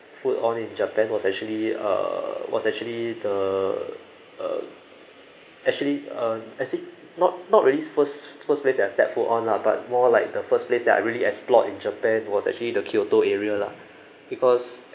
foot on in japan was actually uh was actually the uh actually uh actually not not really first first place that I stepped foot on lah but more like the first place that I really explored in japan was actually the kyoto area lah because